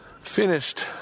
finished